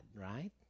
right